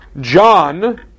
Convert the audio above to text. John